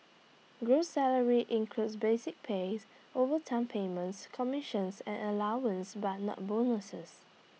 gross salary includes basic pays overtime payments commissions and allowances but not bonuses